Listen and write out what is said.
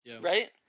Right